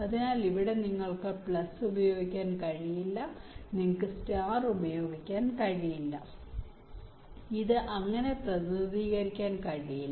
അതിനാൽ ഇവിടെ നിങ്ങൾക്ക് പ്ലസ് ഉപയോഗിക്കാൻ കഴിയില്ല നിങ്ങൾക്ക് സ്റ്റാർ ഉപയോഗിക്കാൻ കഴിയില്ല ഇത് അങ്ങനെ പ്രതിനിധീകരിക്കാൻ കഴിയില്ല